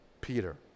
Peter